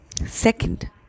Second